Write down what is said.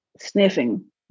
sniffing